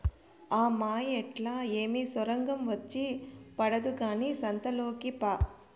ఆ మాయేట్లా ఏమి సొరంగం వచ్చి పడదు కానీ సంతలోకి పా